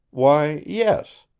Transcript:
why, yes.